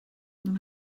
nun